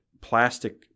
plastic